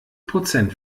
prozent